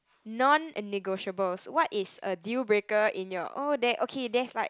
non negotiables what is a deal breaking in your oh there okay there's like